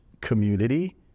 community